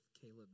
Caleb